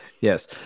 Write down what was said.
Yes